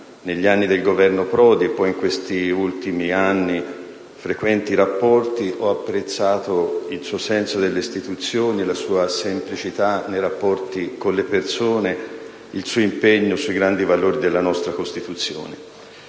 negli anni del Governo Prodi e poi in questi ultimi, frequenti rapporti ed ho apprezzato il suo senso delle istituzioni, la sua semplicità nei rapporti con le persone, il suo impegno sui grandi valori della nostra Costituzione.